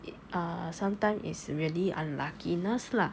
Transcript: it err sometime is really unluckiness lah